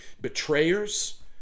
betrayers